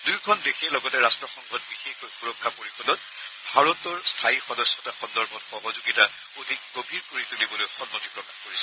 দুয়োখন দেশে লগতে ৰট্টসংঘত বিশেষকৈ সুৰক্ষা পৰিষদত ভাৰতৰ স্থায়ী সদস্যতা সন্দৰ্ভত সহযোগিতা অধিক গভীৰ কৰি তুলিবলৈ সন্মতি প্ৰকাশ কৰিছে